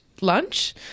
lunch